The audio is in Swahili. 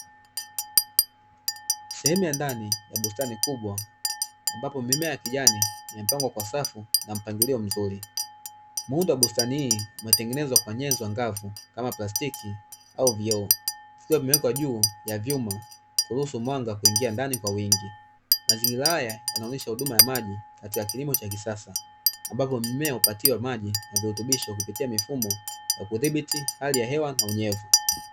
Sehemu ya ndani ya bustani kubwa ambayo mimea ya kijani imepangwa kwa safu na mpangilio mzuri. Muundo wa bustani hii umetengenezwa kwa nyenzo angavu kama plastiki au vioo vikiwa vimewekwa juu ya vyuma kuruhusu mwanga kuingia ndani kwa wingi. Mazingira haya yanaonyesha huduma ya maji katika kilima cha kisasa ambapo mmea hupatiwa maji na virutubisho kupitia mifumo na kudhibiti hali ya hewa na unyevu.